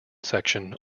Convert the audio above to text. section